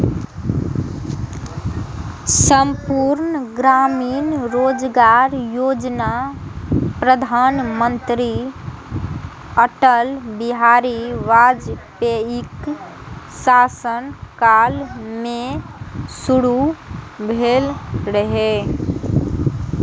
संपूर्ण ग्रामीण रोजगार योजना प्रधानमंत्री अटल बिहारी वाजपेयीक शासन काल मे शुरू भेल रहै